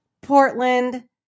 Portland